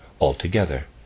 altogether